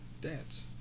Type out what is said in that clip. Dance